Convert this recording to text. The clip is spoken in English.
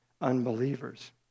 unbelievers